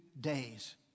days